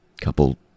couple